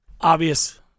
obvious